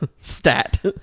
Stat